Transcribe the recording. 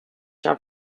have